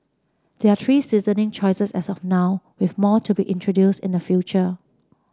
there are three seasoning choices as of now with more to be introduce in the future